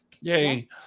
yay